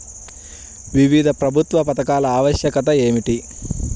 వివిధ ప్రభుత్వా పథకాల ఆవశ్యకత ఏమిటి?